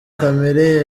kamere